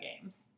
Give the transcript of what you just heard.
games